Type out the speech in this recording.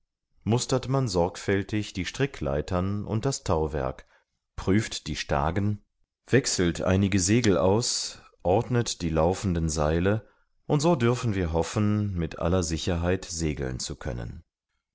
mustert man sorgfältig die strickleitern und das tauwerk prüft die stagen wechselt einige segel aus ordnet die laufenden seile und so dürfen wir hoffen mit aller sicherheit segeln zu können